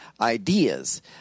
ideas